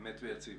אמת ויציב.